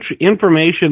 information